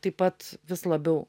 taip pat vis labiau